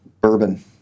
bourbon